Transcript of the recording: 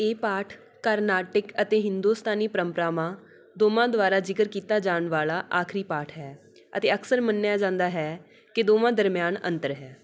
ਇਹ ਪਾਠ ਕਾਰਨਾਟਿਕ ਅਤੇ ਹਿੰਦੁਸਤਾਨੀ ਪਰੰਪਰਾਵਾਂ ਦੋਵਾਂ ਦੁਆਰਾ ਜ਼ਿਕਰ ਕੀਤਾ ਜਾਣ ਵਾਲਾ ਆਖਰੀ ਪਾਠ ਹੈ ਅਤੇ ਅਕਸਰ ਮੰਨਿਆ ਜਾਂਦਾ ਹੈ ਕਿ ਦੋਵਾਂ ਦਰਮਿਆਨ ਅੰਤਰ ਹੈ